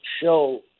show